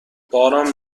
باران